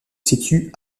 situe